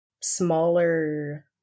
smaller